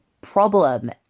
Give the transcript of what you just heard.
Problem